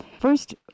First